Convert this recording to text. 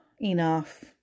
enough